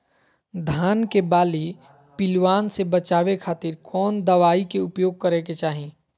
धान के बाली पिल्लूआन से बचावे खातिर कौन दवाई के उपयोग करे के चाही?